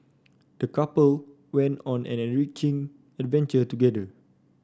the couple went on an enriching adventure together